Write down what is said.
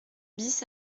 bis